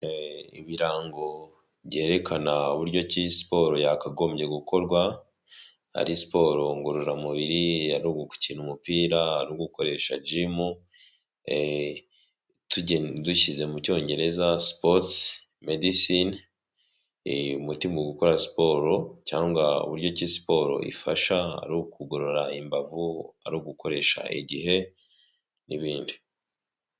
Ibirango byerekana uburyo ki siporo yakagombye gukorwa, ari siporo ngororamubiri, ari ugukina umupira, ari ugukoresha gym, dushyize mu Cyongereza Sports Medicine, umuti mu gukora siporo cyangwa uburyo ki siporo ifasha, ari ukugorora imbavu, ari ugukoresha igihe n'ibindi.